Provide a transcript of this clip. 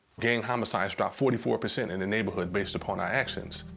gang homicides dropped forty four percent in the neighborhood based upon our actions.